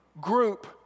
group